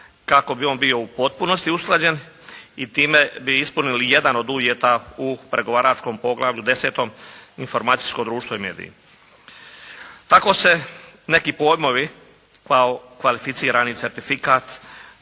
kako bi on bio u potpunosti usklađen i time bi ispunili jedan od uvjeta u pregovaračkom poglavlju 10. – Informacijsko društvo i mediji. Tako se neki pojmovi kao kvalificirani certifikat